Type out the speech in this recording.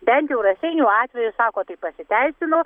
bent jau raseinių atveju sako tai pasiteisino